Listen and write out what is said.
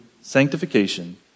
sanctification